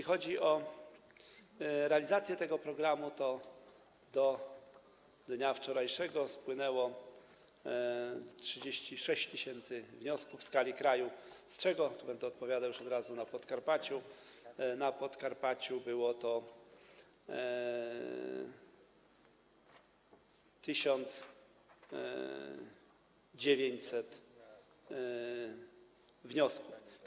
Co do realizacji tego programu to do dnia wczorajszego spłynęło 36 tys. wniosków w skali kraju, z czego - tu będę już od razu odpowiadał - na Podkarpaciu było to 1900 wniosków.